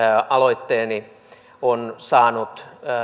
aloitteeni on saanut